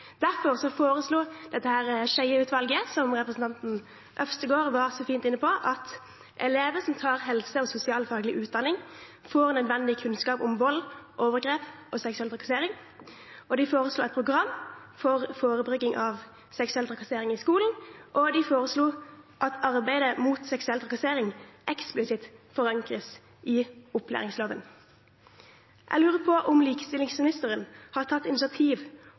Derfor foreslo Skjeie-utvalget, som representanten Øvstegård var så fint inne på, at elever som tar helse- og sosialfaglig utdanning, får nødvendig kunnskap om vold, overgrep og seksuell trakassering. De foreslo et program for forebygging av seksuell trakassering i skolen, og de foreslo at arbeidet mot seksuell trakassering eksplisitt forankres i opplæringsloven. Jeg lurer på om likestillingsministeren har tatt initiativ